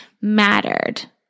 mattered